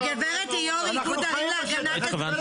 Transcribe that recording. הגברת היא יו"ר איגוד ערים להגנת הסביבה.